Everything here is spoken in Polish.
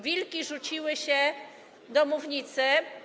Wilki rzuciły się na mównicę.